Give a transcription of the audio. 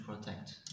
protect